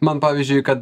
man pavyzdžiui kad